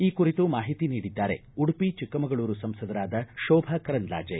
ಈ ಕುರಿತು ಮಾಹಿತಿ ನೀಡಿದ್ದಾರೆ ಉಡುಪಿ ಚಿಕ್ಕಮಗಳೂರು ಸಂಸದರಾದ ಶೋಭಾ ಕರಂದ್ಲಾಜೆ